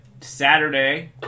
Saturday